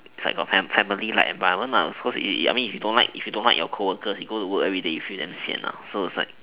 type of fam~ family like environment cause I mean if you don't like if you don't like your coworkers you go to work everyday you feel damn sian so is like